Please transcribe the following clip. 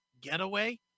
Getaway